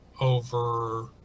over